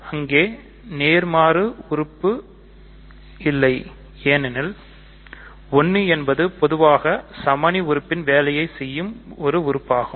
அங்கே நேர்மாறு உறுப்பும் இல்லை ஏனெனில் 1 என்பது பொதுவாக சமணி உறுப்பின் வேலையை செய்யும் உறுப்பாகும்